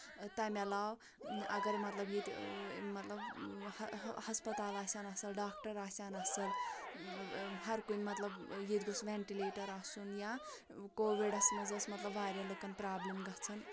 تَمہِ علاوٕ اَگر مطلب ییٚتہِ مطلب ہَسپَتال آسٮ۪ن اَصٕل ڈاکٹر آسٮ۪ن اَصٕل ہَر کُنہِ مطلب ییٚتہِ گوٚژھ وینٹِلیٹر آسُن یا کووِڈَس منٛز ٲسۍ مطلب واریاہ لُکَن پرٛابلِم گژھان